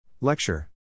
Lecture